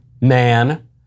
man